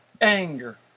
anger